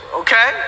okay